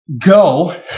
Go